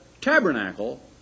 tabernacle